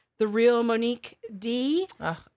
TheRealMoniqueD